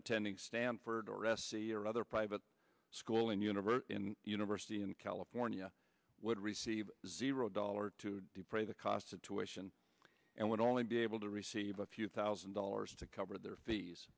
attending stanford or s c or other private school and university in university in california would receive zero dollar to defray the cost of tuition and would only be able to receive a few thousand dollars to cover their fees